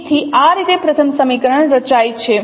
તેથી આ રીતે પ્રથમ સમીકરણ રચાય છે